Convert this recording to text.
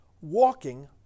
walking